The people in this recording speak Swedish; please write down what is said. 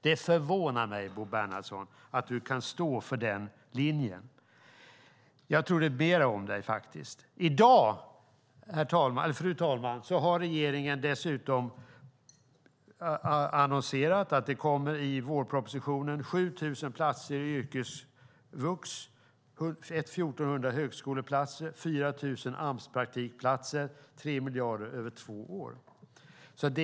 Det förvånar mig, Bo Bernhardsson, att du kan stå för den linjen. Jag trodde mer om dig. I dag, fru talman, har regeringen dessutom annonserat att det i vårpropositionen kommer 7 000 platser i yrkesvux, 1 400 högskoleplatser och 4 000 Amspraktikplatser - 3 miljarder över två år.